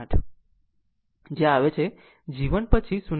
08 માટે આવે છે g 1 પછી 0